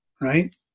right